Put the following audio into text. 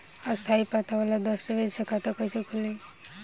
स्थायी पता वाला दस्तावेज़ से खाता कैसे खुली?